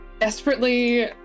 desperately